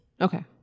Okay